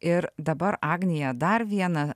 ir dabar agnija dar viena